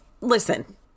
listen